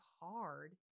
hard